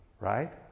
Right